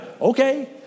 Okay